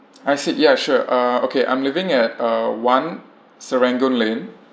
I see ya sure uh okay I'm living at uh one serangoon lane